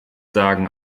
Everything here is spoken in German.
sagen